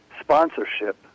sponsorship